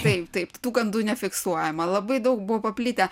taip taip tų gandų nefiksuojama labai daug buvo paplitę